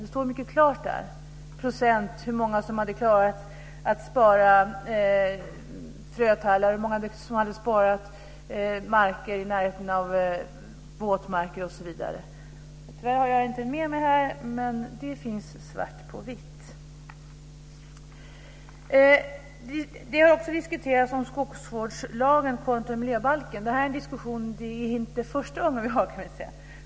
Det står mycket klart där i procent hur många som hade klarat att spara frötallar, hur många som hade sparat marker i närheten av våtmarker osv. Jag har tyvärr inte utvärderingen med mig, men det här finns svart på vitt. Det har också diskuterats om skogsvårdslagen kontra miljöbalken. Det här är en diskussion som vi inte har för första gången.